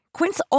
Quince